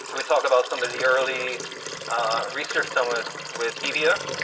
so we talk about some of the early research done with with hevea,